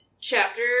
chapter